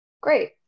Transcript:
Great